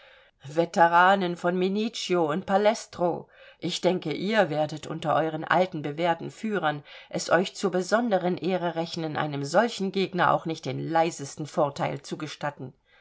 veteranen von mincio und palestro ich denke ihr werdet unter euren alten bewährten führern es euch zur besonderen ehre rechnen einem solchen gegner auch nicht den leisesten vorteil zu gestatten